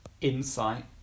insight